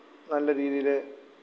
നല്ല രീതിയിൽ